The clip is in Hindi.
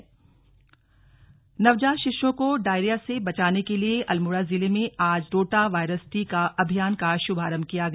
स्लग रोटावायरस वैक्सीन नवजात शिशुओं को डायरिया से बचाने के लिए अल्मोड़ा जिले में आज रोटा वायरस टीका वैक्सीन का शुभारम्भ किया गया